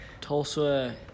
Tulsa